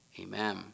Amen